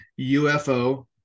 UFO